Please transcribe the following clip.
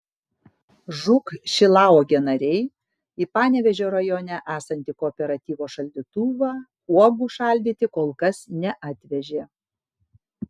žūk šilauogė nariai į panevėžio rajone esantį kooperatyvo šaldytuvą uogų šaldyti kol kas neatvežė